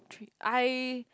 true I